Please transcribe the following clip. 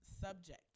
subject